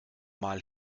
mal